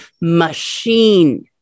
machine